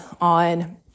on